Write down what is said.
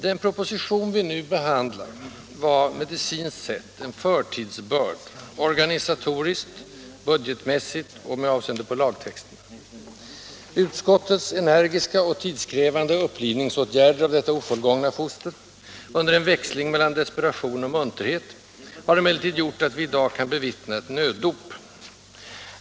Den proposition vi nu behandlar var, medicinskt sett, en förtidsbörd, organisatoriskt, budgetmässigt och med avseende på lagtexten. Utskottets energiska och tidskrävande upplivningsåtgärder på detta ofullgångna foster, under en växling mellan desperation och munterhet, har emellertid gjort att vi i dag kan bevittna ett nöddop.